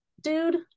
dude